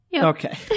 Okay